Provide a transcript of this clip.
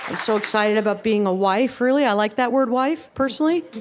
so excited about being a wife, really. i like that word, wife, personally.